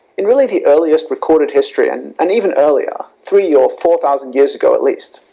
in really the earliest recorded history and and even earlier, three or four thousand years ago at least.